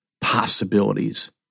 possibilities